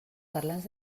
parlants